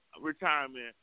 retirement